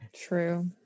true